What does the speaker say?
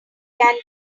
can